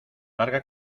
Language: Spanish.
larga